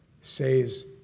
says